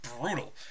brutal